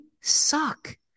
suck